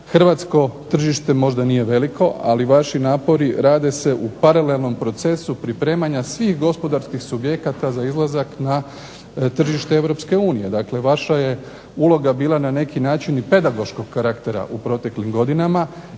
Hrvatsko tržište možda nije veliko, ali vaši napori rade se u paralelnom procesu pripremanja svih gospodarskih subjekata za izlazak na tržište Europske unije. Dakle, vaša je uloga bila na neki način i pedagoškog karaktera u proteklim godinama